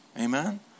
Amen